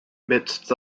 midst